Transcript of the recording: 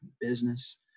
business